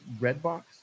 Redbox